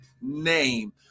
name